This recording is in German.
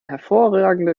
hervorragende